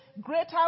greater